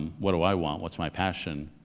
what do i want? what's my passion?